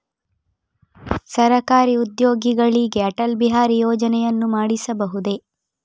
ಸರಕಾರಿ ಉದ್ಯೋಗಿಗಳಿಗೆ ಅಟಲ್ ಬಿಹಾರಿ ಯೋಜನೆಯನ್ನು ಮಾಡಿಸಬಹುದೇ?